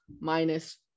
minus